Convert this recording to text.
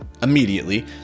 immediately